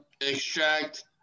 extract